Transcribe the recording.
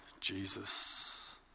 Jesus